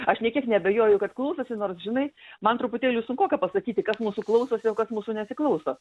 aš nė kiek neabejoju kad klausosi nors žinai man truputėlį sunkoka pasakyti kas mūsų klausosi o kas mūsų nesiklauso